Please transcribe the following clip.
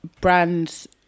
brands